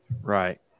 right